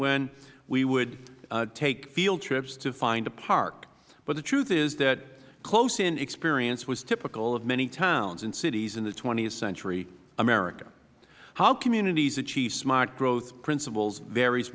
when we would take field trips to find a park but the truth is that close in experience was typical of many towns and cities in the th century america how communities achieve smart growth principles varies